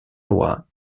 lois